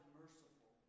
merciful